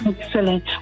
Excellent